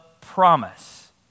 promise